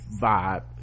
vibe